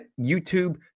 YouTube